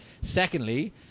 secondly